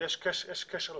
יש קשר לשר.